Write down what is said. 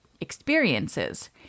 experiences